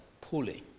pulling